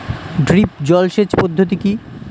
Drip জল সেচ পদ্ধতি কি?